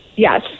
Yes